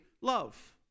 love